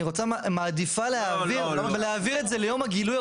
אני מעדיפה להעביר את זה ל-45 יום מיום הגילוי,